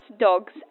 dogs